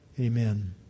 Amen